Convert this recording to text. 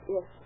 Yes